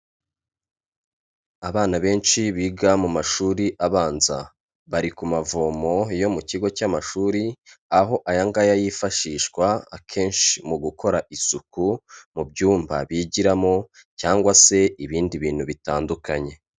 Abana benshi biga mu mashuri abanza, bari ku mavomo yo mu kigo cy'amashuri, aho aya ngaya yifashishwa akenshi mu gukora isuku mu byumba bigiramo cyangwa se ibindi bintu bitandukanye.